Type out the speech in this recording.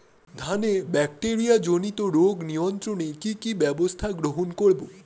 ধানের ব্যাকটেরিয়া জনিত রোগ নিয়ন্ত্রণে কি কি ব্যবস্থা গ্রহণ করব?